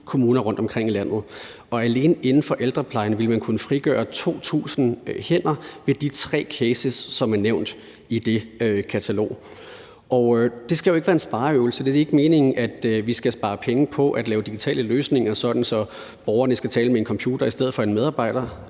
kommuner rundtomkring i landet, og alene inden for ældreplejen ville man kunne frigøre 2.000 hænder ved de tre cases, som er nævnt i det katalog. Det skal jo ikke være en spareøvelse; det er ikke meningen, at vi skal spare penge på at lave digitale løsninger, så borgerne skal tale med en computer i stedet for en medarbejder